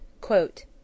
Quote